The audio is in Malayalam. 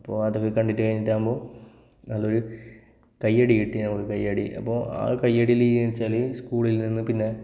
അപ്പോൾ അതൊക്കെ കണ്ടിട്ട് ആവുമ്പോൾ നല്ലൊരു കയ്യടി കിട്ടി നമ്മൾക്ക് കയ്യടി അപ്പോൾ ആ കയ്യടിയിൽ എന്നുവച്ചാൽ സ്കൂളിൽ നിന്ന് പിന്നെ